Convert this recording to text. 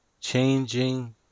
changing